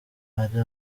ari